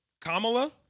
Kamala